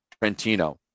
Trentino